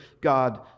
God